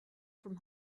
from